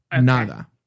Nada